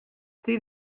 see